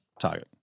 target